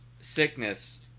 sickness